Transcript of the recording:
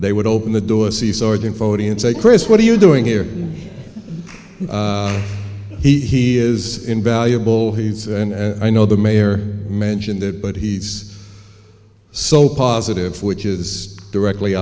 they would open the door see sergeant foti and say chris what are you doing here he is invaluable he's and i know the mayor mentioned it but he's so positive which is directly